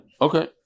Okay